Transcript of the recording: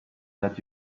that